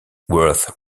worth